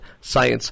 Science